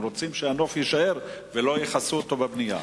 הם רוצים שהנוף יישאר, ולא יכסו אותו בבנייה.